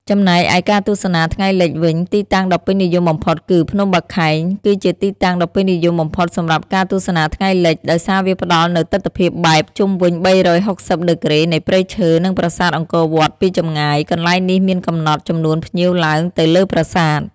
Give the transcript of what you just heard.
ចំណែកឯការទស្សនា ថ្ងៃលិច វិញ ទីតាំងដ៏ពេញនិយមបំផុតគឺ ភ្នំបាខែង គឺជាទីតាំងដ៏ពេញនិយមបំផុតសម្រាប់ការទស្សនាថ្ងៃលិច ដោយសារវាផ្តល់នូវទិដ្ឋភាពបែប ជុំវិញ ៣៦០ ដឺក្រេនៃព្រៃឈើ និងប្រាសាទអង្គរវត្តពីចម្ងាយ។ កន្លែងនេះមានកំណត់ចំនួនភ្ញៀវឡើងទៅលើប្រាសាទ។